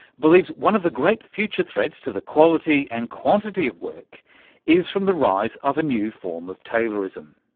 believes one of the great future threats to the quality and quantity of work is from the rise of a new form of taylorism.